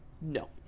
No